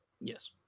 Yes